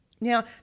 Now